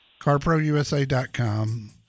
carprousa.com